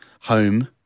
home